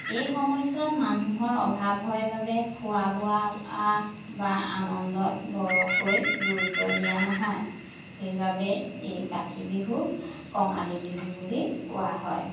এই সময়ছোৱাত মানুহৰ অভাৱ হয় বাবে খোৱা বোৱা আ বা অনন্দ বৰকৈ গুৰুত্ব দিয়া নহয় সেইবাবে এই কাতি বিহুক কঙালী বিহু বুলি কোৱা হয়